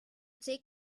take